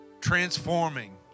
transforming